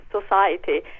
society